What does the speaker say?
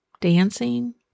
dancing